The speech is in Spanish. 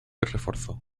reforzó